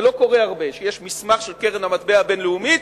זה לא קורה הרבה שיש מסמך של קרן המטבע הבין-לאומית,